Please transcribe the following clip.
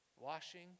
washing